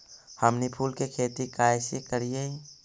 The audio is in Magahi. हमनी फूल के खेती काएसे करियय?